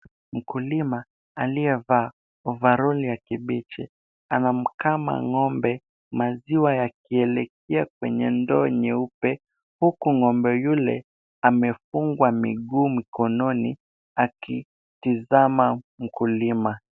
Mkulima aliyevaa ovaroli ya kibichi, anamkama ng'ombe maziwa yakielekea kwenye ndoo nyeupe, huku ng'ombe yule, amefungwa miguu mkononi akitizama mkulima.